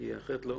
יש לי מה לומר.